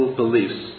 beliefs